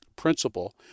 principle